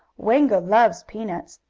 wango loves peanuts.